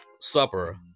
Supper